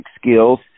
skills